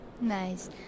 Nice